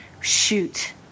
shoot